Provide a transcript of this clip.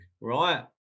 right